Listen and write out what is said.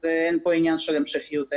ואין פה עניין של המשכיות העסק.